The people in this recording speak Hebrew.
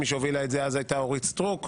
מי שהובילה את זה אז הייתה אורית סטרוק,